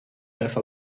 have